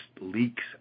leaks